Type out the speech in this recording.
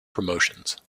promotions